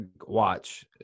Watch